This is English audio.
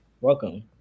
welcome